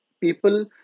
people